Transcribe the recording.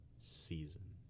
season